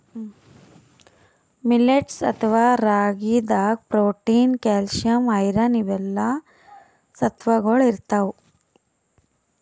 millets ಅಥವಾ ರಾಗಿದಾಗ್ protein, calcium, iron ಇವೆಲ್ಲಾ ಸತ್ವಗೊಳ್ ಇರ್ತವ್